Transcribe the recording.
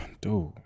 Dude